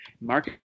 mark